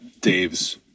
Dave's